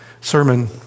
sermon